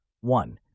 one